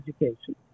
education